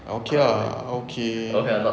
I okay ah okay